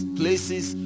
places